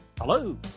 Hello